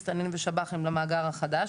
מסתננים ושב"חים למאגר החדש,